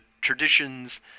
traditions